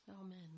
Amen